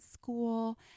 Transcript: school